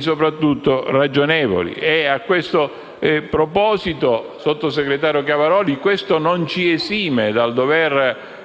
soprattutto, in tempi ragionevoli. A questo proposito, signora sottosegretaria Chiavaroli, questo non ci esime dal dover